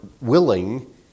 willing